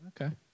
Okay